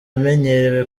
amenyerewe